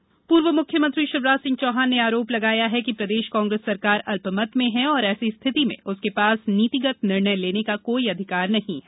चौहान बयान पूर्व मुख्यमंत्री शिवराज सिंह चौहान ने आरोप लगाया कि प्रदेश कांग्रेस सरकार अल्पमत में है और ऐसी स्थिति में उसके पास नीतिगत निर्णय लेने का कोई अधिकार नहीं है